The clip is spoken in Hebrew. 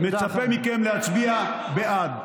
אני מצפה מכם להצביע בעד.